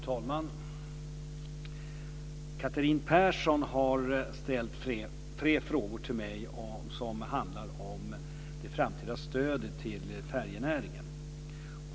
Fru talman! Catherine Persson har ställt tre frågor till mig som handlar om det framtida stödet till färjenäringen.